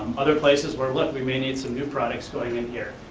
other places where, look, we may need some new products going in here.